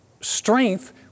strength